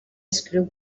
escriu